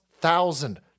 thousand